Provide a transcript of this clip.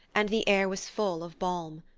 and the air was full of balm.